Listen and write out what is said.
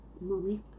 Mommy